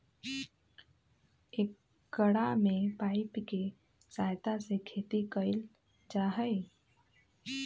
एकरा में पाइप के सहायता से खेती कइल जाहई